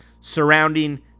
surrounding